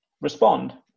respond